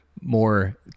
more